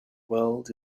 world